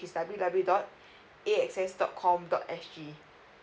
W W dot A S X dot com dot S G